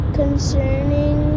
concerning